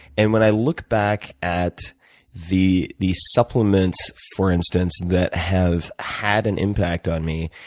and when i look back at the the supplements, for instance, that have had an impact on me,